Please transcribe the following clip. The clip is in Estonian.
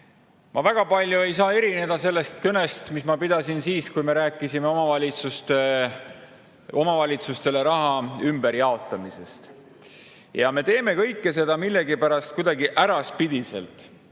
saa väga palju erineda sellest kõnest, mis ma pidasin siis, kui me rääkisime omavalitsustele raha ümberjaotamisest. Me teeme kõike seda millegipärast kuidagi äraspidiselt.